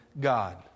God